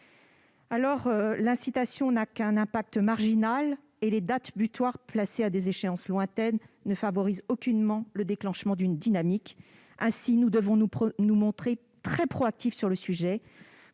L'incitation n'a qu'un impact marginal et les dates butoirs placées à des échéances lointaines ne favorisent aucunement le déclenchement d'une dynamique. Nous devons donc nous montrer très proactifs sur le sujet